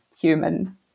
human